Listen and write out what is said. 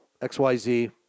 XYZ